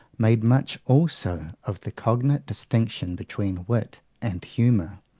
made much also of the cognate distinction between wit and humour,